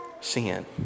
Sin